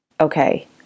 okay